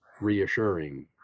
reassuring